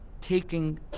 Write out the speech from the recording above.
taking